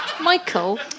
Michael